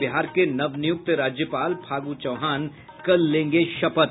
और बिहार के नव नियुक्त राज्यपाल फागु चौहान कल लेंगे शपथ